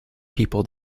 people